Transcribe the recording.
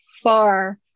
far